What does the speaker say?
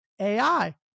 AI